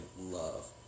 love